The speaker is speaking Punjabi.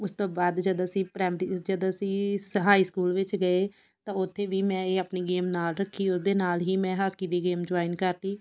ਉਸ ਤੋਂ ਬਾਅਦ ਜਦ ਅਸੀਂ ਪ੍ਰਾਇਮਰੀ ਜਦ ਅਸੀਂ ਹਾਈ ਸਕੂਲ ਵਿੱਚ ਗਏ ਤਾਂ ਉਥੇ ਵੀ ਮੈਂ ਇਹ ਆਪਣੀ ਗੇਮ ਨਾਲ ਰੱਖੀ ਉਹਦੇ ਨਾਲ ਹੀ ਮੈਂ ਹਾਕੀ ਦੀ ਗੇਮ ਜੋਇਨ ਕਰਲੀ